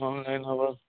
online হবে